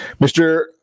Mr